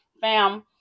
fam